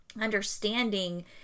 understanding